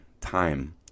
time